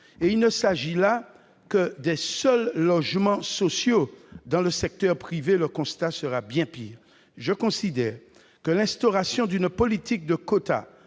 Il ne s'agit là que des seuls logements sociaux ; dans le secteur privé, le constat sera bien pire. Je considère que l'instauration d'une politique de quotas